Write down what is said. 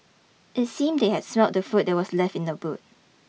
it seemed that they had smelt the food that was left in the boot